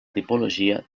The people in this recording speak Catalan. tipologia